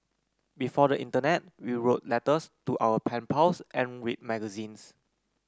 before the internet we wrote letters to our pen pals and read magazines